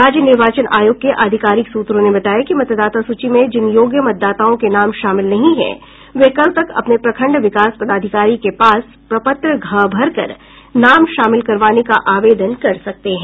राज्य निर्वाचन आयोग के आधिकारिक सूत्रों ने बताया कि मतदाता सूची में जिन योग्य मतदाताओं के नाम शामिल नहीं है वे कल तक अपने प्रखंड विकास पदाधिकारी के पास प्रपत्र घ भरकर नाम शामिल करवाने का आवेदन कर सकते हैं